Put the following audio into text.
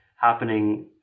happening